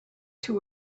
too